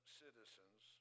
citizens